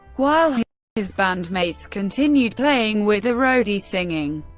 while his band mates continued playing with a roadie singing.